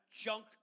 junk